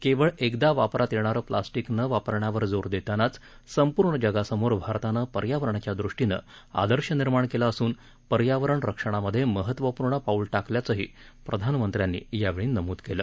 केवळ एकदा वापरात येणारं प्लास्टीक न वापरण्यावर जोर देतानाच संपूर्ण जगासमोर भारतानं पर्यावरणाच्या दृष्टीनं आदर्श निर्माण केला असून पर्यावरण रक्षणामध्ये महत्त्वपूर्ण पाऊल टाकल्याचंही प्रधानमंत्र्यांनी यावेळी नमुद केलं